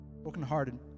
brokenhearted